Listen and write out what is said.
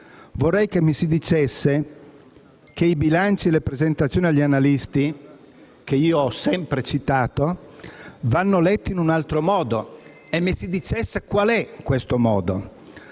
vorrei che mi si dicesse che i bilanci e le presentazioni agli analisti, che ho sempre citato, vanno letti in un altro modo e mi si dicesse qual è questo modo.